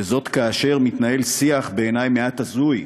וזאת כאשר מתנהל שיח, בעיני מעט הזוי,